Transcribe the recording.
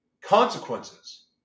consequences